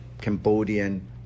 Cambodian